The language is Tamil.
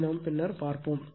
இதை நாம் பின்னர் பார்ப்போம்